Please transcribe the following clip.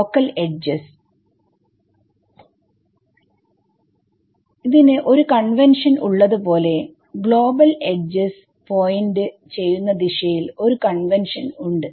local edges ന് ഒരു convention ഉള്ളത്പോലെ ഗ്ലോബൽ എഡ്ജ് പോയിന്റ് ചെയ്യുന്ന ദിശയിൽ ഒരു കൺവെൻഷൻ ഉണ്ട്